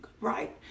right